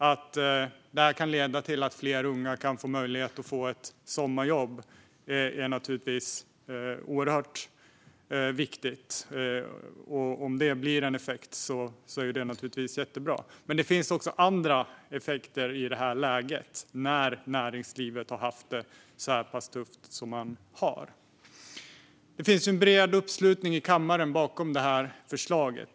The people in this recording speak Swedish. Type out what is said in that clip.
Att det kan leda till att fler unga kan få ett sommarjobb är oerhört viktigt, och om det blir en effekt är det naturligtvis jättebra. Men det finns också andra effekter i detta läge, där näringslivet har haft det så pass tufft. Det finns en bred uppslutning i kammaren bakom förslaget.